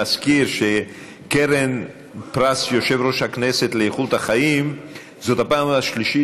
להזכיר שבקרן פרס יושב-ראש הכנסת לאיכות החיים זאת הפעם השלישית